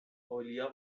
اولیاء